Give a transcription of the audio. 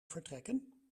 vertrekken